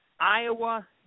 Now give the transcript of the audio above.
Iowa